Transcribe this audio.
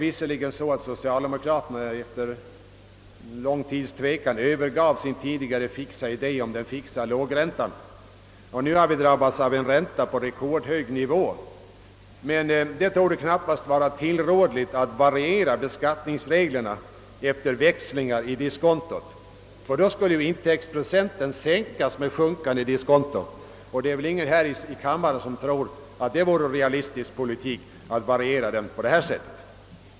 Visserligen övergav socialdemokraterna efter lång tvekan sin fixa idé om den fixa lågräntan — och nu har vi drabbats av en ränta på rekordhög nivå — men det torde knappast vara tillrådligt att variera beskattningsreglerna efter växlingar i diskontot. Då skulle ju intäktsprocenten sänkas med sjunkande diskonto, och det är väl ingen här i kammaren som anser det vara realistisk politik att variera reglerna på det sättet.